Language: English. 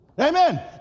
Amen